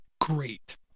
great